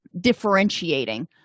differentiating